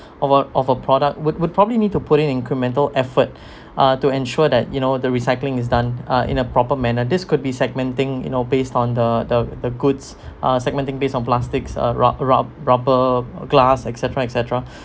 of a of a product would would probably need to put in incremental effort uh to ensure that you know the recycling is done uh in a proper manner this could be segmenting you know based on the the the goods uh segmenting based on plastics uh ru~ rub rubber glass et cetera et cetera